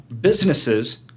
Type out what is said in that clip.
businesses